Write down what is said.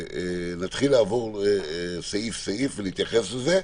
נתחיל לעבור סעיף סעיף ולהתייחס לזה,